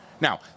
Now